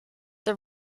the